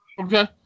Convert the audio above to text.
Okay